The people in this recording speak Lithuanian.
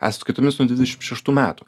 e sąskaitomis nuo dvidešim šeštų metų